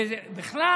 ובכלל,